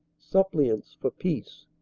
sup pliants for peace.